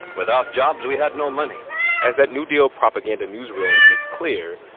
without jobs, we had no money as that new deal propaganda newsreel makes clear,